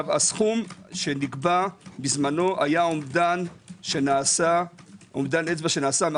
הסכום שנקבע בזמנו הה אומדן אצבע שנעשה,